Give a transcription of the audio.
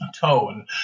tone